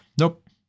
Nope